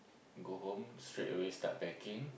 go home straight away start packing